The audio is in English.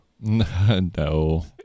No